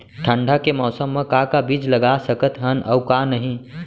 ठंडा के मौसम मा का का बीज लगा सकत हन अऊ का नही?